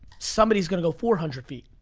somebody's gonna go four hundred feet.